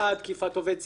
תקיפת עובדי ציבור,